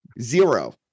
zero